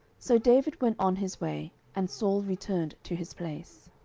so david went on his way, and saul returned to his place.